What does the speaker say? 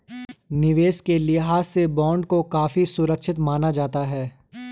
निवेश के लिहाज से बॉन्ड को काफी सुरक्षित माना जाता है